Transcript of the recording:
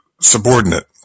subordinate